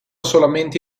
solamente